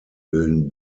bilden